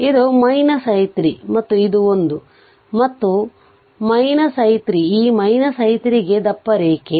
ಆದ್ದರಿಂದ ಇದು i 3 ಮತ್ತು ಇದು 1 ಮತ್ತು ಇದು i 3 ಈ i 3 ಗೆ ದಪ್ಪ ರೇಖೆ